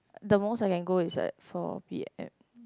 the most I can go is like four p_m